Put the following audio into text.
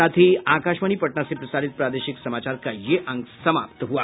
इसके साथ ही आकाशवाणी पटना से प्रसारित प्रादेशिक समाचार का ये अंक समाप्त हुआ